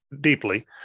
deeply